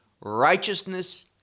righteousness